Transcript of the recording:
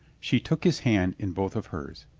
she took his hand in both of hers.